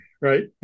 right